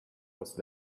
was